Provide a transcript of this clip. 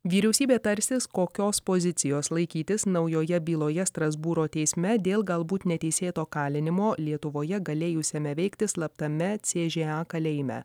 vyriausybė tarsis kokios pozicijos laikytis naujoje byloje strasbūro teisme dėl galbūt neteisėto kalinimo lietuvoje galėjusiame veikti slaptame ce žė a kalėjime